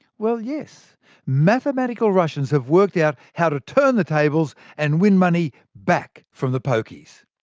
well yes mathematical russians have worked out how to turn the tables, and win money back from the pokies.